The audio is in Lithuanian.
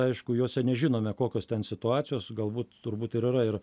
aišku juose nežinome kokios ten situacijos galbūt turbūt ir yra ir